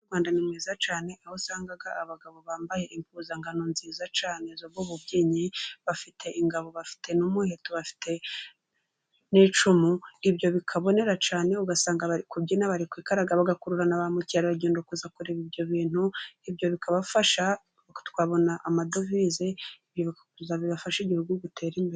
Umuco nyarwanda ni mwiza cyane, aho usanga abagabo bambaye impuzangano nziza cyane, zo mu bubyinnyi bafite ingabo bafite n'umuheto bafite n'icumu, ibyo bikabonera cyane ugasanga bari kubyina bari kwikaraga, bagakurura na ba mukerarugendo kuza kureba ibyo bintu, ibyo bikabafasha nuko tukabona amadovize bigafasha igihugu gutera imbere.